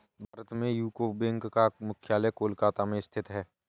भारत में UCO bank का मुख्यालय कोलकाता में स्थित है